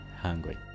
hungry